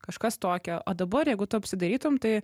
kažkas tokio o dabar jeigu tu apsidairytum tai